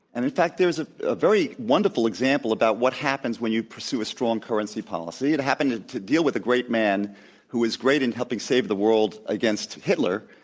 and in fact, there's ah a very wonderful example about what happens when you pursue a strong currency policy. it happened to deal with a great man who was great in helping save the world against hitler,